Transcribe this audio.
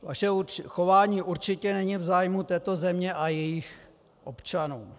Vaše chování určitě není v zájmu této země a jejích občanů.